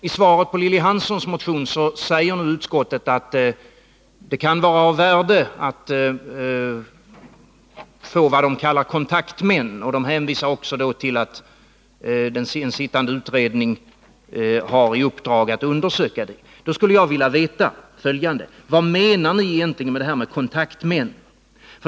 I svaret på Lilly Hanssons motion säger nu utskottet att det kan vara av värde att få vad man kallar kontaktmän, och utskottet hänvisar till att en utredning har i uppdrag att undersöka det. Då skulle jag vilja veta: Vad menar ni egentligen med kontaktmän?